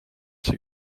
see